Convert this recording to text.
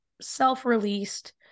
self-released